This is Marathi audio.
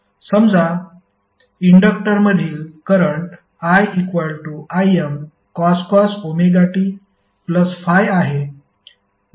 समजा इंडक्टरमधील करंट iImcos ωt∅ आहे